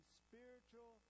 spiritual